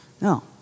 No